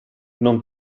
non